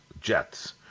jets